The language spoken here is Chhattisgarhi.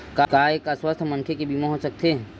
का एक अस्वस्थ मनखे के बीमा हो सकथे?